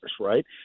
right